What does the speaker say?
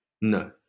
No